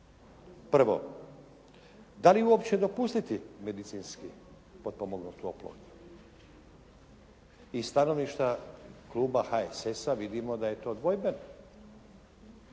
Prvo, da li uopće dopustiti medicinski potpomognutu oplodnju. Iz stanovišta kluba HSS-a vidimo da je to dvojbeno.